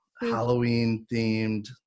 Halloween-themed